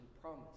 promise